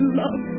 love